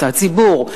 הציבור,